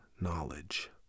knowledge